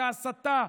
ההסתה,